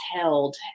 held